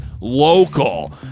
local